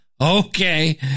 okay